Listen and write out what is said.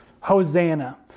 Hosanna